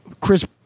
Chris